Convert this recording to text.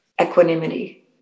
equanimity